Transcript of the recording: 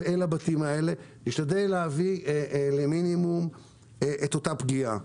נשתדל להביא למינימום את אותה פגיעה.